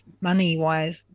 money-wise